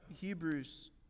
Hebrews